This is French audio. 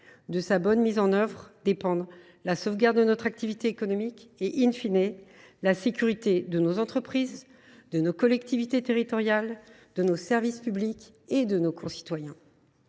De sa bonne mise en œuvre dépendent la sauvegarde de notre activité économique et,, la sécurité de nos entreprises, de nos collectivités territoriales, de nos services publics et de nos concitoyens.